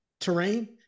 terrain